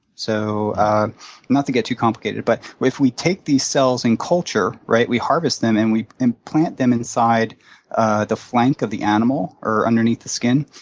so not to get too complicated, but if we take these cells in culture, right, we harvest them and we implant them inside ah the flank of the animal or underneath the skin,